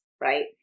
right